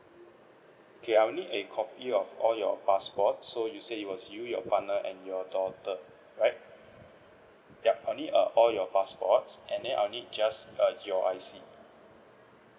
okay I would need a copy of all your passports so you say it was you your partner and your daughter right yup only err all your passports and then I would need just err your I_C